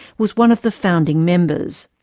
was one of the founding members.